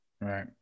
Right